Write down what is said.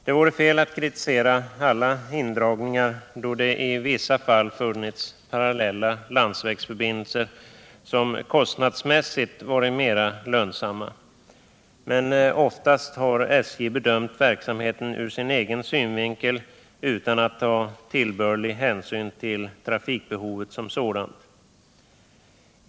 Det vore fel att kritisera alla indragningar då det i vissa fall funnits parallella landsvägsförbindelser som kostnadsmässigt varit mera lönsamma, men oftast har SJ bedömt verksamheten ur sin egen synvinkel utan att ta tillbörlig hänsyn till trafikbehovet som sådant.